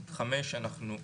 את (5) אנחנו נמחק,